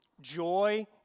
Joy